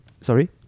Sorry